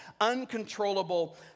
Uncontrollable